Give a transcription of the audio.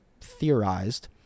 theorized